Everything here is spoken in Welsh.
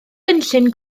gynllun